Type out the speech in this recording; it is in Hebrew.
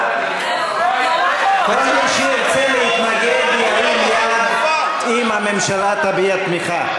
כל מי שירצה להתנגד ירים יד אם הממשלה תביע תמיכה.